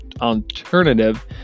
alternative